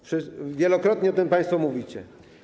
Wielokrotnie o tym państwo mówicie.